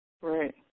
right